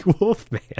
Wolfman